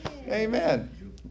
Amen